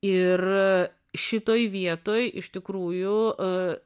ir šitoj vietoj iš tikrųjų